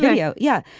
yeah yeah oh yeah.